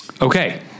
Okay